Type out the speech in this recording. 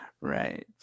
Right